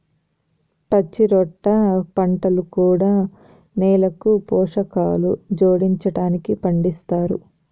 పచ్చిరొట్ట పంటలు కూడా నేలకు పోషకాలు జోడించడానికి పండిస్తారు